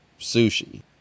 Sushi